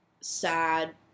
sad